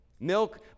Milk